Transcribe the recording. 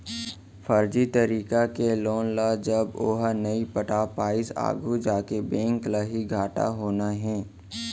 फरजी तरीका के लोन ल जब ओहा नइ पटा पाइस आघू जाके बेंक ल ही घाटा होना हे